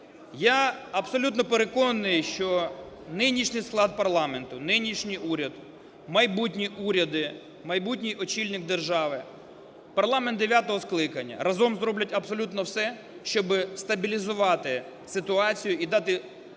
Я абсолютно переконаний, що нинішній склад парламенту, нинішній уряд, майбутні уряди, майбутній очільник держави, парламент дев'ятого скликання разом зроблять абсолютно все, щоб стабілізувати ситуацію і дати відповіді